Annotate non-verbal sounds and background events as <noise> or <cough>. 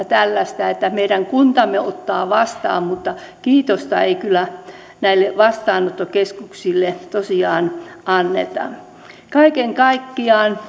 <unintelligible> tällaista että meidän kuntamme ottaa vastaan mutta kiitosta ei kyllä näille vastaanottokeskuksille tosiaan anneta kaiken kaikkiaan <unintelligible>